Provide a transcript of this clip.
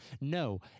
No